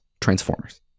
Transformers